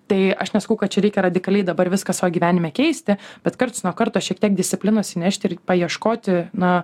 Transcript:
tai aš nesakau kad čia reikia radikaliai dabar viską savo gyvenime keisti bet karts nuo karto šiek tiek disciplinos įnešti ir paieškoti na